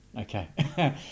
Okay